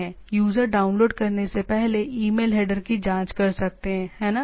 user download करने से पहले ईमेल हेडर की जांच कर सकते हैं है ना